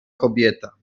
kobieta